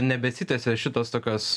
nebesitęsia šitos tokios